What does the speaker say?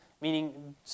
Meaning